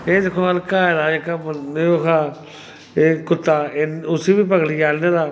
एह् दिक्खो हां हल्काए दा जेह्का बं ओह् हा एह् कुत्ता एह् उस्सी बी पकड़ियै आह्न्ने दा